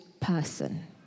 person